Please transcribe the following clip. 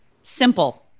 Simple